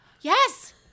Yes